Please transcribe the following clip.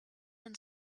and